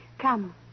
Come